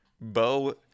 Bo